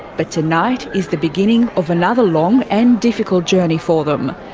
but tonight is the beginning of another long and difficult journey for them,